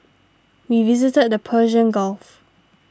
we visited the Persian Gulf